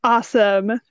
Awesome